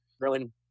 growing